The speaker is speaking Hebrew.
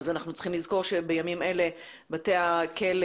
אנחנו צריכים לזכור שבימים אלה בתי הכלא